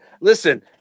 Listen